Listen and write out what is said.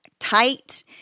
tight